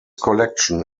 collection